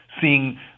seeing